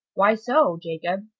why so, jacob?